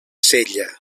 sella